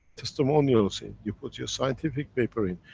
testimonials in, you put your scientific paper in,